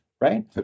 Right